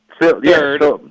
Third